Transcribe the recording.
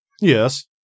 Yes